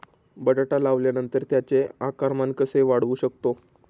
बटाटा लावल्यानंतर त्याचे आकारमान कसे वाढवू शकतो?